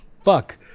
fuck